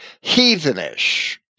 heathenish